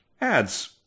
ads